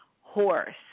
horse